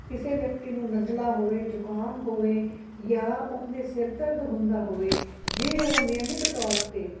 ਕਿਸੇ ਵਿਅਕਤੀ ਨੂੰ ਨਜਲਾ ਹੋਵੇ ਜੁਕਾਮ ਹੋਵੇ ਜਾਂ ਉਹਦੇ ਸਿਰ ਦਰਦ ਹੁੰਦਾ ਹੋਵੇ ਜੇ ਉਹ ਨਿਯਮਿਤ ਤੌਰ 'ਤੇ